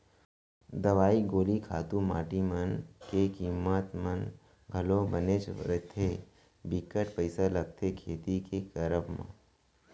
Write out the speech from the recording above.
दवई गोली खातू माटी मन के कीमत मन घलौ बनेच रथें बिकट पइसा लगथे खेती के करब म